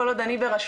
כל עוד אני בראשותה,